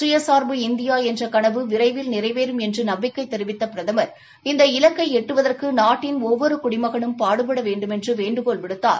சுயசார்பு இந்தியா என்ற கனவு விரைவில் நிறைவேறும் என்று நம்பிக்கை தெரிவித்த பிரதமா் இந்த இலக்கை எட்டுவதற்கு நாட்டின் ஒவ்வொரு குடிமகனும் பாடுபட வேண்டுமென்று வேண்டுகோள் விடுத்தார்